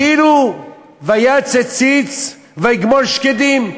כאילו "ויצץ ציץ ויגמֹל שקדים".